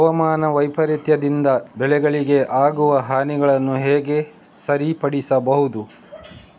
ಹವಾಮಾನ ವೈಪರೀತ್ಯದಿಂದ ಬೆಳೆಗಳಿಗೆ ಆಗುವ ಹಾನಿಗಳನ್ನು ಹೇಗೆ ಸರಿಪಡಿಸಬಹುದು?